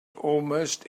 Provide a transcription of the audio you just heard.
almost